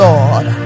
Lord